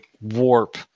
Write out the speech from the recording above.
warp